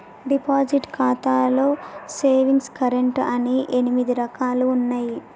deposit ఖాతాలో savings current అని ఎనిమిది రకాలుగా ఉన్నయి